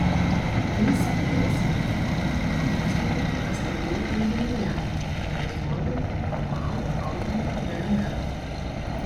tai skyrėsi nuo to ką mokslininkai pastebėjo vandenyje analizuodami normalų audinio dnr